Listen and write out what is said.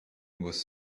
was